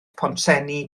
pontsenni